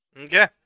Okay